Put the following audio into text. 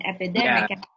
epidemic